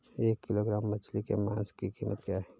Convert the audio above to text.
एक किलोग्राम मछली के मांस की कीमत क्या है?